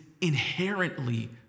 inherently